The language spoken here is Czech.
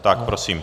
Tak prosím.